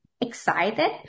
excited